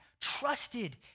trusted